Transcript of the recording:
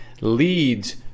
leads